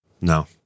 no